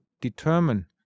determine